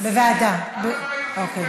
ועדה, אוקיי.